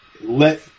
let